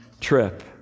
trip